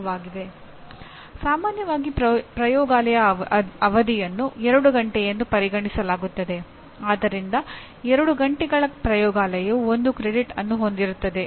ಪ್ರತಿಯೊಂದು ಪಾಠವನ್ನು ಸುಮಾರು ಅರ್ಧಗಂಟೆಯ ವಿಡಿಯೋ ಉಪನ್ಯಾಸಗಳ 20 ಘಟಕಗಳಾಗಿ ನೀಡಲಾಗುತ್ತದೆ ಮತ್ತು ಪ್ರತಿ ಘಟಕವು ಒಂದು ಕಾರ್ಯಯೋಜನೆಯನ್ನು ಹೊಂದಿರುತ್ತದೆ